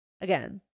again